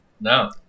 No